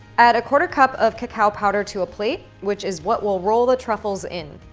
add a quarter cup of cacao powder to a plate, which is what we'll roll the truffles in.